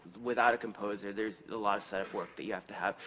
without a composer, there's a lot of setup work that you have to have.